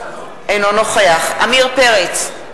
אינו נוכח עמיר פרץ,